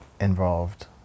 involved